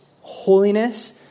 holiness